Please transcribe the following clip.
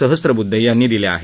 सहस्त्रब्द्धे यांनी दिल्या आहेत